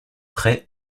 prêt